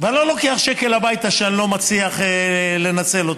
ואני לא לוקח שקל הביתה כשאני לא מצליח לנצל אותו,